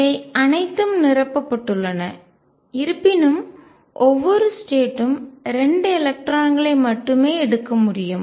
இவை அனைத்தும் நிரப்பப்பட்டுள்ளன இருப்பினும் ஒவ்வொரு ஸ்டேட் ம் 2 எலக்ட்ரான்களை மட்டுமே எடுக்க முடியும்